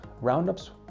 Roundups